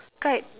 kite